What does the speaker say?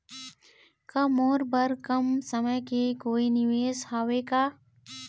का मोर बर कम समय के कोई निवेश हावे का?